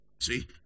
See